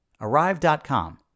Arrive.com